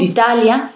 Italia